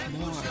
more